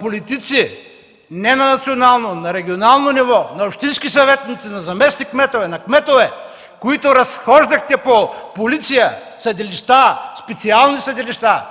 политици – не на национално, на регионално ниво, общински съветници, заместник-кметове, кметове, които разхождахте по полиция, съдилища, специални съдилища!